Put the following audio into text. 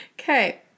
Okay